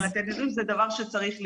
אני לא יכולה לתת --- זה דבר שצריך לבדוק.